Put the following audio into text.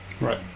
Right